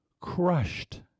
crushed